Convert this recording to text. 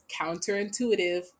counterintuitive